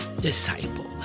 disciple